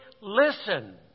listen